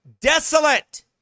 desolate